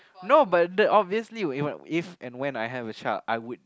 no but the obviously if and when I have a child I would